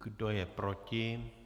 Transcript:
Kdo je proti?